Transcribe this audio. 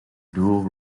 dual